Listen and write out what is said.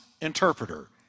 interpreter